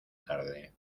tarde